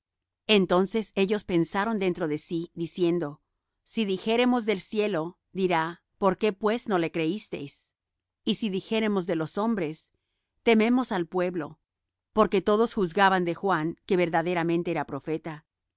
entonces ellos pensaron dentro de sí diciendo si dijéremos del cielo dirá por qué pues no le creísteis y si dijéremos de los hombres tememos al pueblo porque todos juzgaban de juan que verdaderamente era profeta